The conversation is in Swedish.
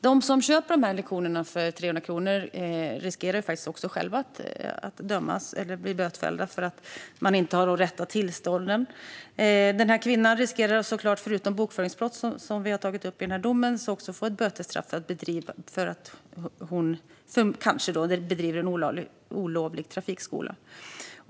De som köper lektionerna för 300 kronor riskerar själva att dömas eller bli bötfällda för att de inte har de rätta tillstånden. Kvinnan riskerar såklart att fällas för bokföringsbrott och att få ett bötesstraff för att hon - kanske - bedriver en olaglig trafikskola.